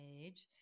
age